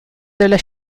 della